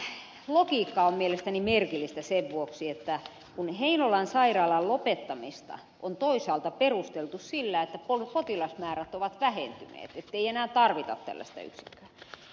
tämä logiikka on mielestäni merkillistä sen vuoksi että heinolan sairaalan lopettamista on toisaalta perusteltu sillä että potilasmäärät ovat vähentyneet ettei enää tarvita tällaista yksikköä